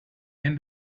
end